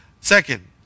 Second